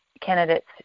candidates